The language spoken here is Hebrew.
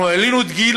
אנחנו העלינו את גיל